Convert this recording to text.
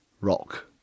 rock